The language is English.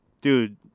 Dude